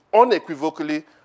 unequivocally